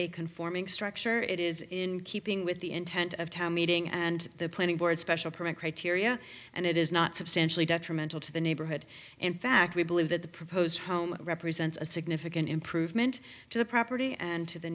a conforming structure it is in keeping with the intent of town meeting and the planning board special permit criteria and it is not substantially detrimental to the neighborhood in fact we believe that the proposed home represents a significant improvement to the property and to the